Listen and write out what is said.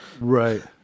Right